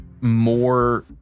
more